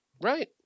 right